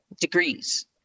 degrees